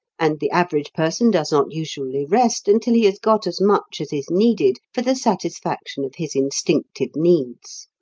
and the average person does not usually rest until he has got as much as is needed for the satisfaction of his instinctive needs.